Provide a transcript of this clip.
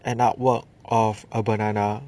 an artwork of a banana